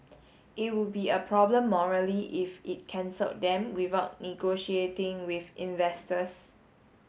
it would be a problem morally if it cancelled them without negotiating with investors